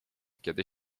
kiedy